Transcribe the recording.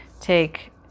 take